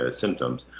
symptoms